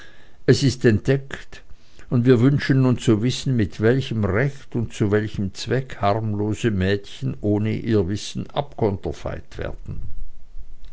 es ist entdeckt und wir wünschen nun zu wissen mit welchem recht und zu welchem zweck harmlose mädchen ohne ihr wissen abkonterfeit werden